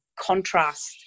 contrast